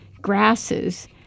grasses